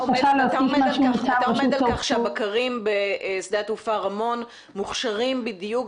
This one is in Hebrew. אתה עומד על כך שהבקרים בשדה התעופה רמון מוכשרים בדיוק